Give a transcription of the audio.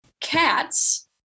cats